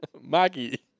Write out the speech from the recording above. Maggie